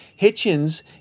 Hitchens